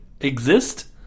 exist